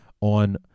on